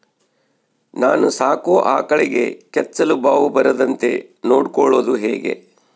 ನಾನು ಸಾಕೋ ಆಕಳಿಗೆ ಕೆಚ್ಚಲುಬಾವು ಬರದಂತೆ ನೊಡ್ಕೊಳೋದು ಹೇಗೆ?